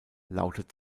lautet